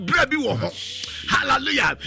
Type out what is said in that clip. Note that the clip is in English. Hallelujah